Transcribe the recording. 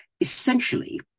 Essentially